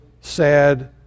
sad